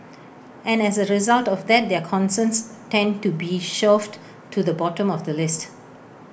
and as A result of that their concerns tend to be shoved to the bottom of the list